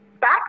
back